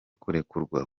kurekurwa